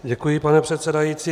Děkuji, pane předsedající.